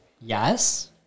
Yes